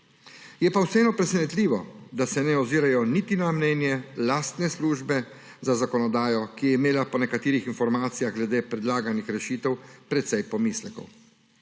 Je pa vseeno presenetljivo, da se ne ozirajo niti na mnenje lastne službe za zakonodajo, ki je imela po nekaterih informacijah glede predlaganih rešitev precej pomislekov.